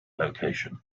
location